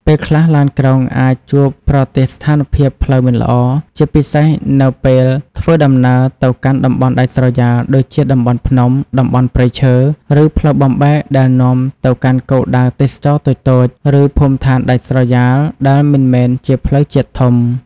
ពេលខ្លះ ឡានក្រុងអាចជួបប្រទះស្ថានភាពផ្លូវមិនល្អ ជាពិសេសនៅពេលធ្វើដំណើរទៅកាន់ តំបន់ដាច់ស្រយាល ដូចជាតំបន់ភ្នំ តំបន់ព្រៃឈើ ឬផ្លូវបំបែកដែលនាំទៅកាន់គោលដៅទេសចរណ៍តូចៗ ឬភូមិឋានដាច់ស្រយាលដែលមិនមែនជាផ្លូវជាតិធំ។